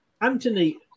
Anthony